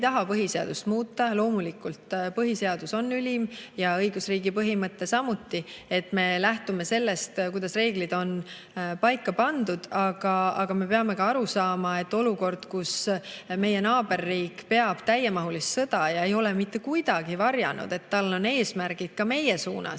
taha põhiseadust muuta. Loomulikult on põhiseadus ülim ja õigusriigi põhimõte samuti. Me lähtume sellest, kuidas reeglid on paika pandud. Aga me peame ka aru saama, et olukord, kus meie naaberriik peab täiemahulist sõda ja ei ole mitte kuidagi varjanud, et tal on eesmärgid ka meie suunas,